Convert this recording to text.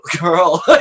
girl